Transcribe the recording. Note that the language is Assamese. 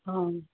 অঁ